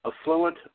affluent